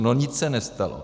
No nic se nestalo.